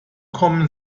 kommen